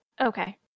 okay